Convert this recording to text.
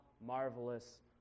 marvelous